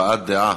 הבעת דעה,